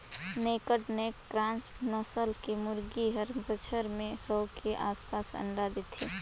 naked neck cross नसल के मुरगी हर बच्छर में सौ के आसपास अंडा देथे